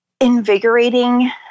invigorating